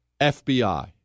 FBI